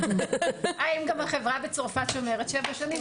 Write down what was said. האם גם החברה בצרפת שומרת שבע שנים?